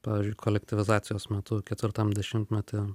pavyzdžiui kolektyvizacijos metu ketvirtam dešimtmety